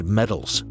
medals